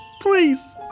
please